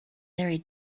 very